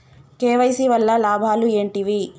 KYC వల్ల లాభాలు ఏంటివి?